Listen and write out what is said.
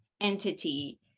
entity